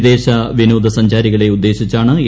വിദേശ വിനോദ സഞ്ചാരികളെ ഉദ്ദേശിച്ചാണ് എ